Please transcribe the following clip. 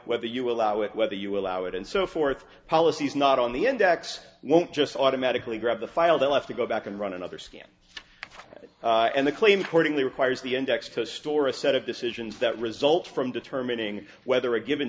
whether you allow it whether you allow it and so forth policies not on the index won't just automatically grab the file they'll have to go back and run another scan and the claim cordingley requires the index to store a set of decisions that result from determining whether a given